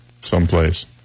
someplace